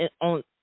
on